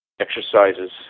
exercises